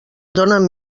donen